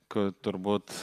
kad turbūt